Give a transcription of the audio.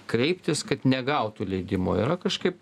kreiptis kad negautų leidimo yra kažkaip